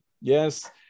Yes